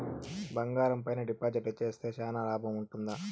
బంగారం పైన డిపాజిట్లు సేస్తే చానా లాభం ఉంటుందా?